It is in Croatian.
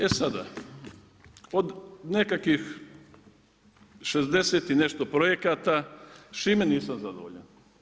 E sada od nekakvih 60 i nešto projekata s čime nisam zadovoljan?